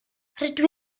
rydw